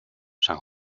san